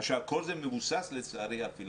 כל זה מבוסס על יצרי הפילנתרופיה.